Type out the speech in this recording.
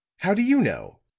how do you know?